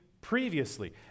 previously